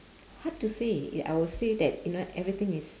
hard to say I would say that you know everything is